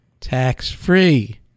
tax-free